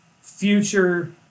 future